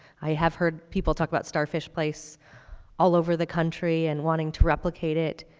i have heard people talk about starfish place all over the country and wanting to replicate it.